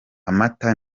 amata